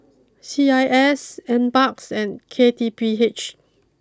C I S N Parks and K T P H